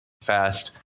fast